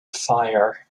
fire